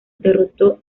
derrotó